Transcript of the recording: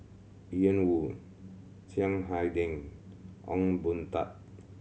Ian Woo Chiang Hai Ding Ong Boon Tat